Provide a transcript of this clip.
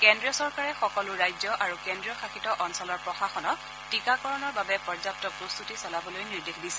কেন্দ্ৰীয় চৰকাৰে সকলো ৰাজ্য আৰু কেন্দ্ৰীয় শাসিত অঞ্চলৰ প্ৰশাসনক টীকাকৰণৰ বাবে পৰ্যাগু প্ৰস্ত্বতি চলাবলৈ নিৰ্দেশ দিছে